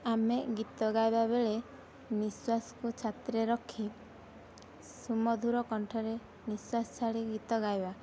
ଆମେ ଗୀତ ଗାଇବା ବେଳେ ନିଶ୍ୱାସକୁ ଛାତିରେ ରଖି ସୁମଧୂର କଣ୍ଠରେ ନିଶ୍ୱାସ ଛାଡ଼ିକି ଗୀତ ଗାଇବା